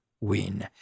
win